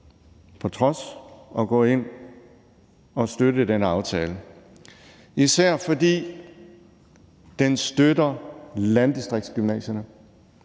af det at gå ind og støtte aftalen, især fordi den støtter landdistriktsgymnasierne